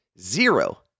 zero